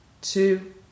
two